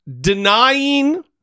denying